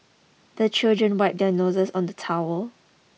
the children wipe their noses on the towel